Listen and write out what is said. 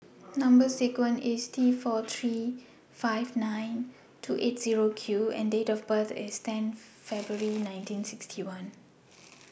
Number sequence IS T four three five nine two eight Zero Q and Date of birth IS ten February nineteen sixty one